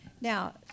Now